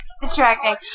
distracting